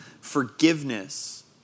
forgiveness